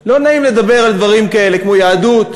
לא נעים לדבר על דברים כאלה, כמו יהדות,